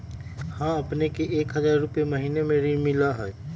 हां अपने के एक हजार रु महीने में ऋण मिलहई?